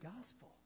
gospel